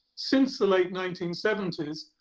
since the late nineteen seventy s.